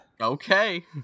Okay